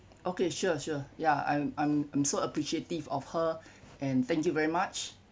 okay sure sure yeah I'm I'm so appreciative of her and thank you very much